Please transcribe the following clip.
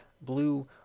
blue